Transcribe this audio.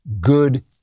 Good